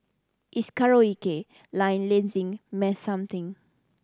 it's karaoke line mass something